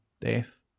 death